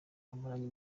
bamaranye